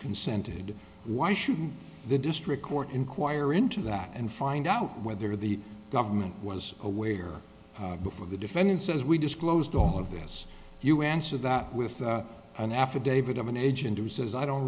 consented why should the district court inquire into that and find out whether the government was aware before the defendants as we disclosed all of this you answer that with an affidavit bit of an agent who says i don't